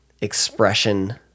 expression